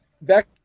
back